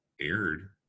aired